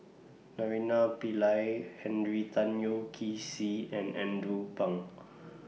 Naraina Pillai Henry Tan Yoke See and Andrew Phang